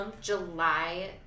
July